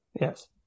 Yes